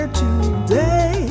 today